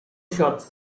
shots